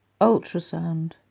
Ultrasound